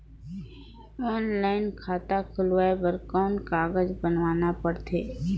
Online खाता खुलवाय बर कौन कागज बनवाना पड़थे?